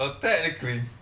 technically